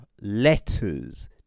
Letters